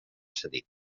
cedir